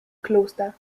kloster